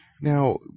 Now